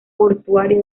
portuaria